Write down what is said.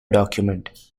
document